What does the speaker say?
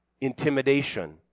intimidation